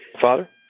Father